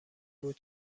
بود